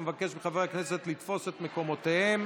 אבקש מחברי הכנסת לתפוס את מקומותיהם.